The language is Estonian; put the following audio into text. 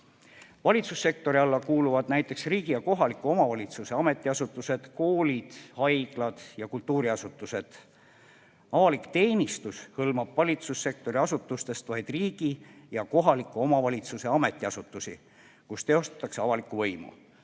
Valitsussektori alla kuuluvad näiteks riigi ja kohaliku omavalitsuse ametiasutused, koolid, haiglad ja kultuuriasutused. Avalik teenistus hõlmab valitsussektori asutustest vaid riigi ja kohaliku omavalitsuse ametiasutusi, kus teostatakse avalikku võimu,